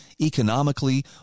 economically